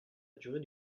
durée